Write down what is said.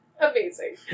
Amazing